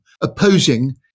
opposing